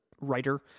writer